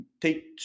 take